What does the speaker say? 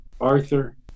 Arthur